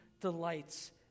delights